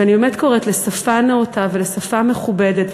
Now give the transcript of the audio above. ואני באמת קוראת לשפה נאותה ולשפה מכובדת,